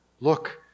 Look